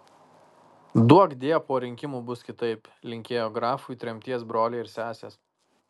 duokdie po rinkimų bus kitaip linkėjo grafui tremties broliai ir sesės